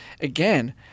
Again –